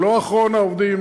זה לא אחרון העובדים,